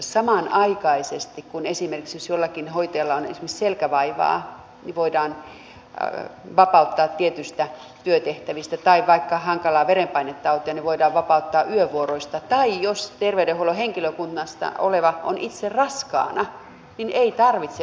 samanaikaisesti esimerkiksi jos jollakin hoitajalla on selkävaivaa niin voidaan vapauttaa tietyistä työtehtävistä tai vaikka hankalaa verenpainetautia niin voidaan vapauttaa yövuoroista tai jos terveydenhuollon henkilökunnassa oleva on itse raskaana niin ei tarvitse osallistua raskaudenkeskeytyksiin